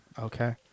Okay